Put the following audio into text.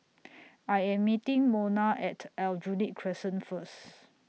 I Am meeting Mona At Aljunied Crescent First